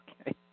Okay